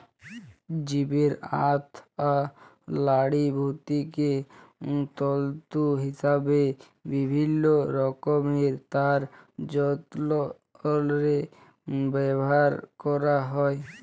জীবের আঁত অ লাড়িভুঁড়িকে তল্তু হিসাবে বিভিল্ল্য রকমের তার যল্তরে ব্যাভার ক্যরা হ্যয়